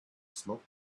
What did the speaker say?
smoke